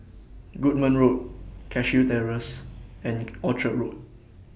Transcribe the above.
Goodman Road Cashew Terrace and Orchard Road